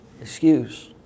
excuse